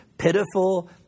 pitiful